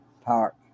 Park